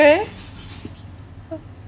where